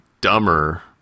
dumber